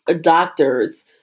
doctors